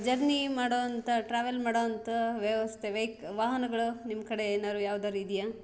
journey ಮಾಡೋವಂಥ travel ಮಾಡೋವಂಥ ವ್ಯವಸ್ಥೆ ವೆಯ್ಕ್ ವಾಹನಗಳು ನಿಮ್ಮ ಕಡೆ ಏನಾದ್ರೂ ಯಾವುದಾರು ಇದೆಯಾ